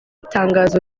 itangazo